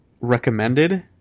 recommended